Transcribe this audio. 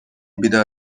بیدار